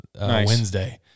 Wednesday